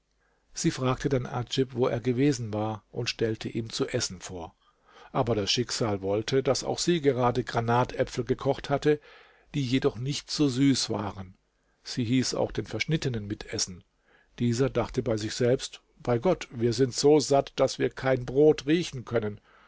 sie fragte dann adjib wo er gewesen war und stellte ihm zu essen vor aber das schicksal wollte daß auch sie gerade granatäpfel gekocht hatte die jedoch nicht so süß waren sie hieß auch den verschnittenen mitessen dieser dachte bei sich selbst bei gott wir sind so satt daß wir kein brot riechen können